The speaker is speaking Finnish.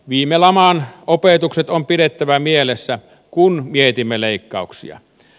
viime laman opetukset on pidettävä mielessä kun mietimme leikkauksia